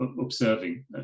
observing